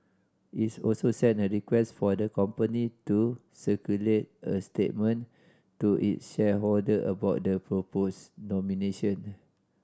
its also sent a request for the company to circulate a statement to its shareholder about the proposed nomination